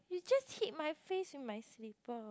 you just hit my face with my slipper